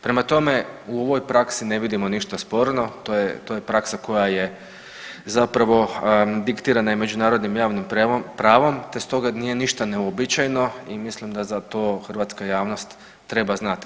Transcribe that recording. Prema tome, u ovoj praksi ne vidimo ništa sporno, to je praksa koja je zapravo diktirana je međunarodnim javnim pravom, te stoga nije ništa neuobičajeno i mislim da za to hrvatska javnost treba znati.